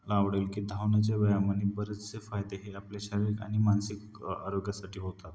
आवडेल की धावण्याच्या व्यायामाने बरेचसे फायदे हे आपले शारीरिक आणि मानसिक आरोग्यासाठी होतात